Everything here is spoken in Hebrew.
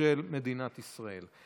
של מדינת ישראל.